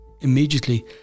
immediately